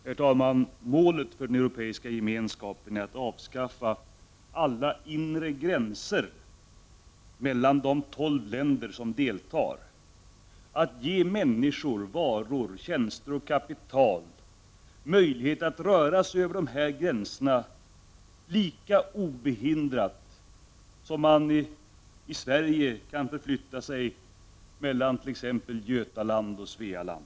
Herr talman! Målet för Europeiska gemenskapen är att avskaffa alla inre gränser mellan de tolv länder som deltar i detta samarbete — att ge människor, varor, tjänster och kapital möjligheter att röra sig över dessa gränser lika obehindrat som vi i Sverige kan förflytta oss mellan t.ex. Götaland och Svealand.